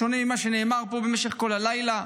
בשונה ממה שנאמר פה במשך כל הלילה,